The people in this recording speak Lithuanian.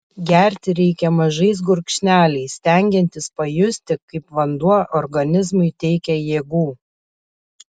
gerti reikia mažais gurkšneliais stengiantis pajusti kaip vanduo organizmui teikia jėgų